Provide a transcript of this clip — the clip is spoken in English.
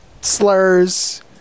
Slurs